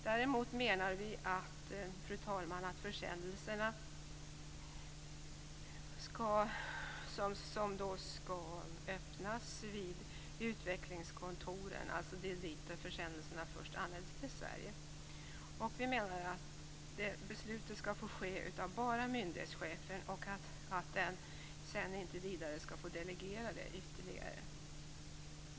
Däremot menar vi, fru talman, beträffande försändelser som skall öppnas vid utväxlingspostkontoren - det är dit som försändelser till Sverige först anländer - att beslut endast får fattas av myndighetschefen och att denne sedan inte ytterligare får delegera uppgiften.